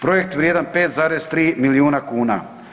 Projekt vrijedan 5,3 milijuna kuna.